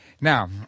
Now